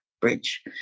bridge